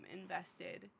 invested